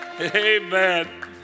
Amen